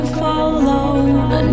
follow